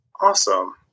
Awesome